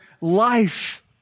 life